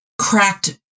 cracked